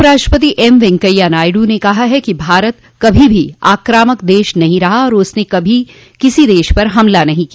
उपराष्ट्रपति एम वेंकैया नायडू न कहा है कि भारत कभी भी आक्रामक देश नहीं रहा और उसने कभी किसी देश पर हमला नहीं किया